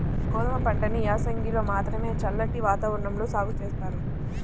గోధుమ పంటని యాసంగిలో మాత్రమే చల్లటి వాతావరణంలో సాగు జేత్తారు